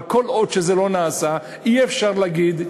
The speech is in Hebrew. אבל כל עוד זה לא נעשה אי-אפשר להגיד,